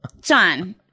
John